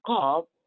cup